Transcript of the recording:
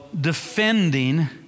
defending